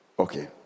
Okay